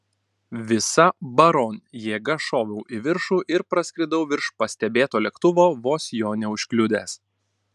visa baron jėga šoviau į viršų ir praskridau virš pastebėto lėktuvo vos jo neužkliudęs